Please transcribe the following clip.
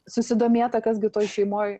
susidomėta kas gi toj šeimoj